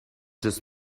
just